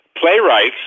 playwrights